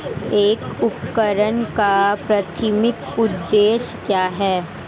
एक उपकरण का प्राथमिक उद्देश्य क्या है?